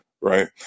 right